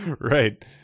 Right